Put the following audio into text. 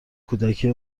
کودکی